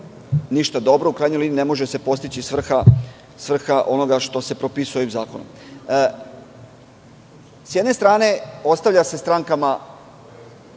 ništa dobro, u krajnjoj liniji ne može se postići svrha onoga što se propisuje ovim zakonom.S jedne strane, ostavlja se strankama